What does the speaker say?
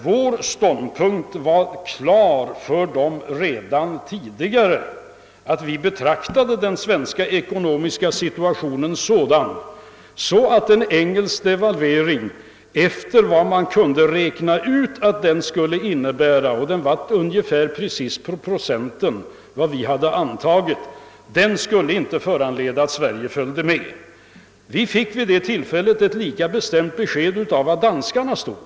Vår ståndpunkt stod klar för dem redan tidigare; de visste att vi ansåg den svenska ekonomiska situationen vara sådan att en engelsk devalvering som den beräknade — och den blev nästan på procenten så stor som vi antog — inte skulle medföra att Sverige devalverade. Vi fick vid det tillfället ett lika bestämt besked om danskarnas ståndpunkt.